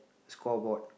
scoreboard